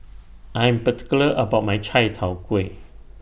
I Am particular about My Chai Tow Kuay